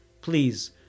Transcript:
Please